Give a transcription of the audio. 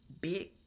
big